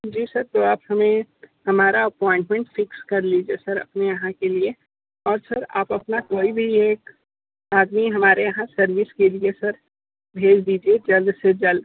जी sir तो आप हमें हमारा अपॉइंटमेंट फिक्स कर लीजिए सर अपने यहाँ के लिए और सर आप अपना कोई भी एक आदमी हमारे यहाँ सर्विस के लिए सर भेज दीजिए जल्द से जल्द